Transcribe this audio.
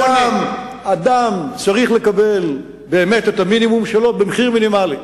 אדם צריך לקבל באמת את המינימום שלו במחיר מינימלי.